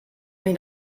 mich